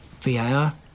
VAR